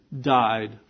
died